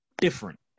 different